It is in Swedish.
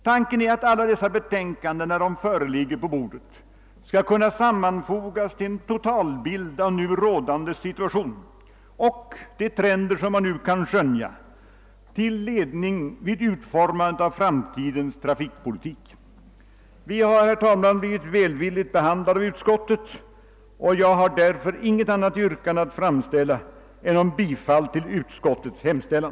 Tanken är att alla dessa betänkanden när de ligger färdiga på bordet skall kunna sammanfogas till en total bild av nu rådande situation och aktuella trender till ledning vid utformandet av framtidens trafikpolitik. Herr talman! Vi har blivit välvilligt behandlade av utskottet, och jag har därför inget annat yrkande än om bifall till utskottets hemställan.